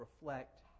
reflect